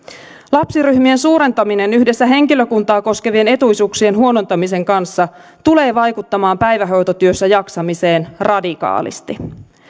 lapsiryhmien suurentaminen yhdessä henkilökuntaa koskevien etuisuuksien huonontamisen kanssa tulee vaikuttamaan päivähoitotyössä jaksamiseen radikaalisti